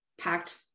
packed